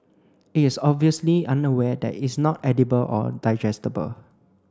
it is obviously unaware that it's not edible or digestible